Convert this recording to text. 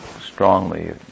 strongly